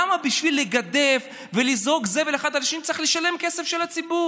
למה בשביל לגדף ולזרוק זבל אחד על השני צריך לשלם כסף של הציבור?